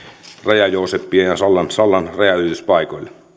raja joosepin ja sallan rajanylityspaikoilla